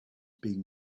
being